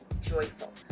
joyful